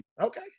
Okay